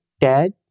Dad